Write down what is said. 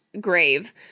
grave